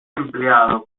empleado